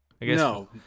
No